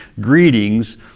Greetings